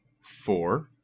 four